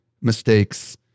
mistakes